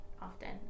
often